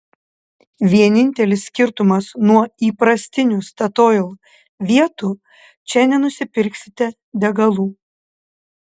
vienintelis skirtumas nuo įprastinių statoil vietų čia nenusipirksite degalų